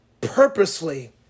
purposely